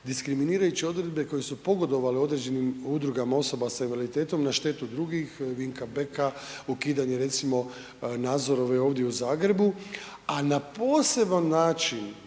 diskriminirajući odredbe koje su pogodovale određenim udrugama osoba s invaliditetom na štetu drugih Vinka Beka, ukidanje recimo Nazorove ovdje u Zagrebu, a na poseban način,